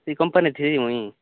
ସେ କମ୍ପାନୀରେ ଥିଲି ମୁଁ